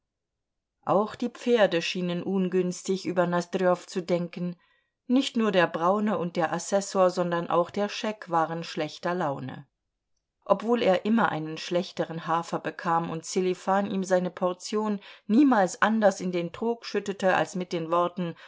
auch die pferde schienen ungünstig über nosdrjow zu denken nicht nur der braune und der assessor sondern auch der scheck waren schlechter laune obwohl er immer einen schlechteren hafer bekam und sselifan ihm seine portion niemals anders in den trog schüttete als mit den worten